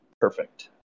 perfect